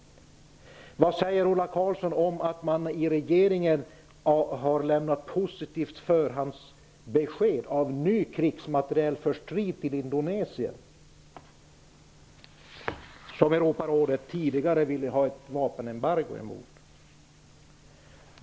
Vad säger Ola Karlsson om att regeringen har till Indonesien lämnat positivt förhandsbesked för ny krigsmateriel för strid? Europarådet ville tidigare ha ett vapenembargo mot Indonesien.